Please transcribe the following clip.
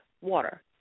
water